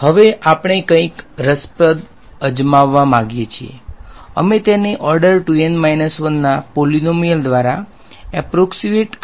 હવે આપણે કંઈક રસપ્રદ અજમાવવા માંગીએ છીએ અમે તેને ઓર્ડર 2N 1 ના પોલીનોમીયલ દ્વારા એપોર્ક્ષીમેટ કરવાનો પ્રયાસ કરવા માંગીએ છીએ